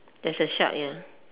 there's a shark ya